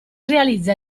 realizza